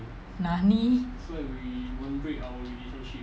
nani